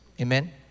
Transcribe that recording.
Amen